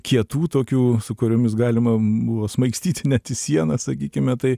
kietų tokių su kuriomis galima buvo smaigstyti net į sieną sakykime taip